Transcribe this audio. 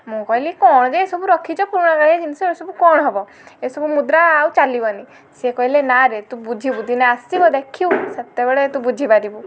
ମୁଁ କହିଲି କ'ଣ ଯେ ଏସବୁ ରଖିଛ ପୁରୁଣା କାଳିଆ ଜିନିଷ ଏସବୁ କ'ଣ ହବ ଏସବୁ ମୁଦ୍ରା ଆଉ ଚାଲିବନି ସେ କହିଲେ ନା'ରେ ତୁ ବୁଝିବୁ ଦିନେ ଆସିବ ଦେଖିବୁ ସେତେବେଳେ ତୁ ବୁଝିପାରିବୁ